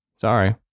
Sorry